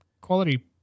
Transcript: quality